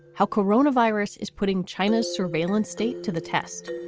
how coronavirus is putting china's surveillance state to the test.